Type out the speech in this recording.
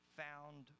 found